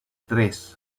tres